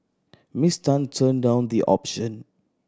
Miss Tan turned down the option